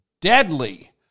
deadly